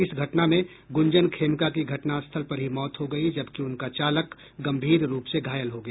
इस घटना में गुंजन खेमका की घटनास्थल पर ही मौत हो गयी जबकि उनका चालक गंभीर रूप से घायल हो गया